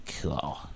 cool